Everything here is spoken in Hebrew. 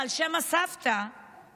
אסתר, על שם הסבתא אסתר.